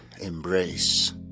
embrace